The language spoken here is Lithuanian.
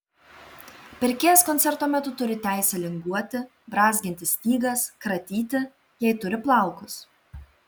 pirkėjas koncerto metu turi teisę linguoti brązginti stygas kratyti jei turi plaukus